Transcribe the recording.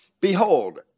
Behold